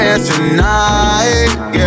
tonight